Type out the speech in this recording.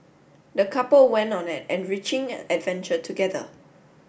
the couple went on an enriching adventure together